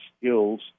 skills